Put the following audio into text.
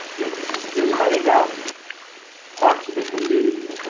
you're cutting out parts of the community.